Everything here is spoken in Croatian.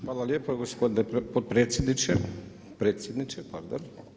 Hvala lijepo gospodine potpredsjedniče, predsjedniče pardon.